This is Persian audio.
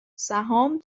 سهام